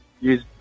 use